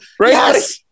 Yes